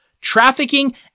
trafficking